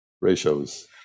ratios